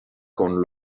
con